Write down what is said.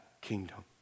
kingdom